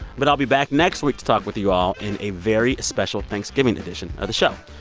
but i'll be back next week to talk with you all in a very special thanksgiving edition of the show.